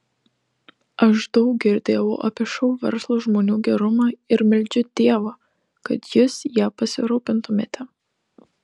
aš daug girdėjau apie šou verslo žmonių gerumą ir meldžiu dievo kad jūs ja pasirūpintumėte